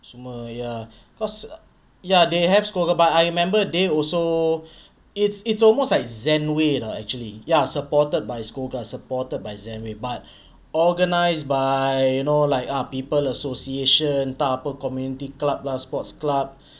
semua ya cause ya they have SCOGA but I remember they also it's it's almost like zenway lah actually ya supported by SCOGA supported by zenway but organised by you know like ah people association entah apa community club lah sports club